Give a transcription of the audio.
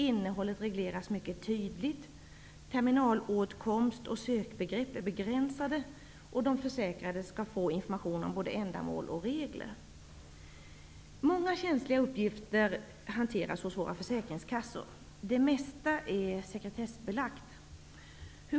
Innehållet regleras mycket tydligt. Terminalåtkomst och sökbegrepp är begränsade. De försäkrade skall få information om både ändamål och regler. Många känsliga uppgifter hanteras hos våra försäkringskassor. Det mesta är sekretessbelagt.